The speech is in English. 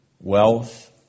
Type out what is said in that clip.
wealth